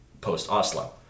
post-Oslo